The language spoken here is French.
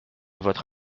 votre